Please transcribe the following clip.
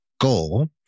goal